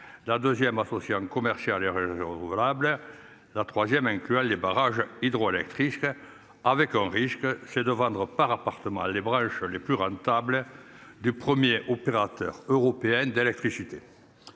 d'un 2ème associant commercial et réseaux valable. La 3ème incluant les barrages hydroélectriques. Avec un risque, c'est de vendre par appartements les branches les plus rentables. Du 1er opérateur européenne d'électricité.